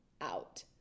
Out